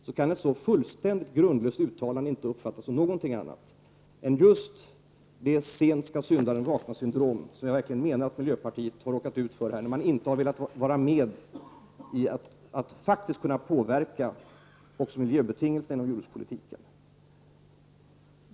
Då kan ett så fullständigt grundlöst uttalande som detta inte tolkas som något annat än just som sentskallsyndaren-vakna-syndromet. Jag menar verkligen att miljöpartiet har råkat ut för detta när man inte har velat vara med om att faktiskt påverka även miljöbetingelserna i jordbrukspolitiken.